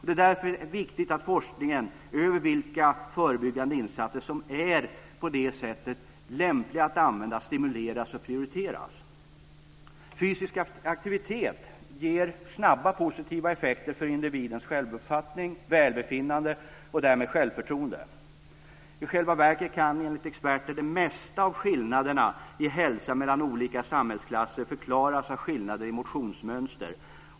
Det är därför viktigt att forskningen över vilka förebyggande insatser som är lämpliga att använda stimuleras och prioriteras. Fysisk aktivitet ger snabba positiva effekter för individens självuppfattning, välbefinnande och därmed självförtroende. I själva verket kan, enligt experter, det mesta av skillnaderna i hälsa mellan olika samhällsklasser förklaras av skillnader i motionsmönster.